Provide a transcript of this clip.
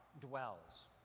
dwells